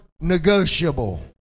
negotiable